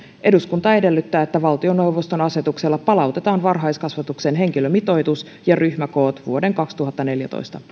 eduskunta edellyttää että valtioneuvoston asetuksella palautetaan varhaiskasvatuksen henkilöstömitoitus ja ryhmäkoot vuoden kaksituhattaneljätoista